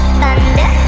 thunder